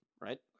right